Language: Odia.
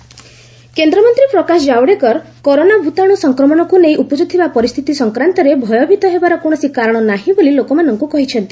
ଜାବ୍ଡେକର କରୋନା କେନ୍ଦ୍ରମନ୍ତ୍ରୀ ପ୍ରକାଶ ଜାବ୍ଡେକର କରୋନା ଭୂତାଣୁ ସଂକ୍ରମଣକୁ ନେଇ ଉପୁକ୍ିଥିବା ପରିସ୍ଥିତି ସଂକ୍ରାନ୍ତରେ ଭୟଭୀତ ହେବାର କୌଣସି କାରଣ ନାହିଁ ବୋଲି ଲୋକମାନଙ୍କୁ କହିଛନ୍ତି